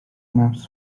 maps